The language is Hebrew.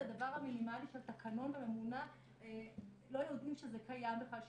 הדבר המינימאלי של תקנון וממונה לא יודעים שזה קיים בכלל,